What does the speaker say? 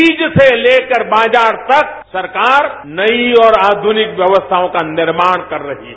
बीज से लेकर बाजार तक सरकार नई और आधुनिक व्यवस्थाओं का निर्माण कर रही है